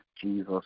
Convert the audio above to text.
Jesus